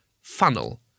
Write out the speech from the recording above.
funnel